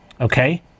Okay